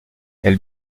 elle